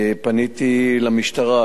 פניתי למשטרה,